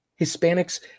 Hispanics